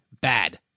bad